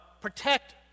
protect